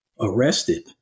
arrested